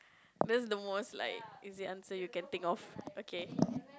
that's the most like easy answer you can think of okay